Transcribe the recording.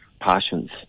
passions